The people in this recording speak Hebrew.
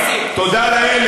תודה לאל,